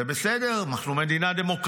זה בסדר, אנחנו עדיין מדינה דמוקרטית,